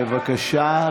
בזה?